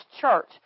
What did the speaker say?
church